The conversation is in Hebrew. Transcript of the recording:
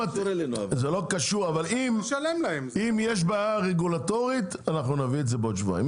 זה לא קשור אבל אם יש בעיה רגולטורית אנחנו נביא את זה בעוד שבועיים,